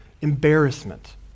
embarrassment